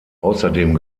außerdem